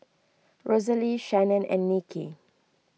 Rosalee Shannon and Nikki